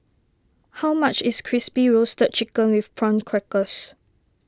how much is Crispy Roasted Chicken with Prawn Crackers